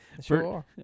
sure